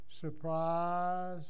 Surprise